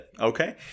okay